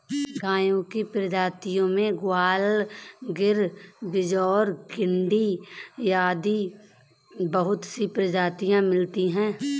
गायों की प्रजाति में गयवाल, गिर, बिच्चौर, डांगी आदि बहुत सी प्रजातियां मिलती है